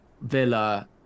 Villa